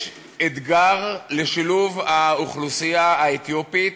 יש אתגר לשילוב האוכלוסייה האתיופית,